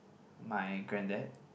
my grand dad